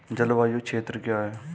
जलवायु क्षेत्र क्या है?